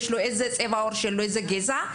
צבע עור או גזע,